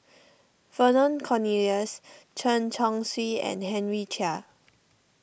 Vernon Cornelius Chen Chong Swee and Henry Chia